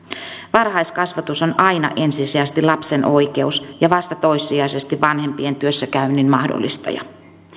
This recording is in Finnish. varhaiskasvatus on aina ensisijaisesti lapsen oikeus ja vasta toissijaisesti vanhempien työssäkäynnin mahdollistaja